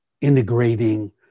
integrating